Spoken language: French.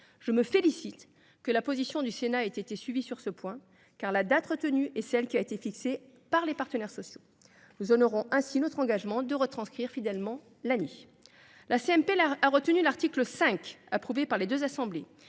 Je me félicite que la position du Sénat ait été suivie sur ce point, car la date retenue est celle qui a été fixée par les partenaires sociaux. Nous honorons ainsi notre engagement de retranscrire fidèlement l’ANI. La commission mixte paritaire a retenu l’article 5, approuvé par les deux assemblées,